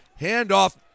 handoff